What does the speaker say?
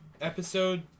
episode